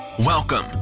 Welcome